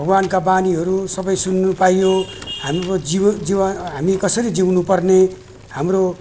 भगवानका वाणीहरू सबै सुन्न पाइयो हाम्रो जीव जीवन हामी कसरी जिउनुपर्ने हाम्रो